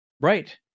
Right